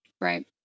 Right